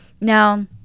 now